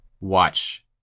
watch